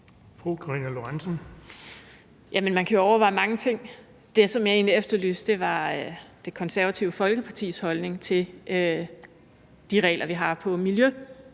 Man kan jo overveje mange ting. Det, som jeg egentlig efterlyste, var Det Konservative Folkepartis holdning til de regler, vi har på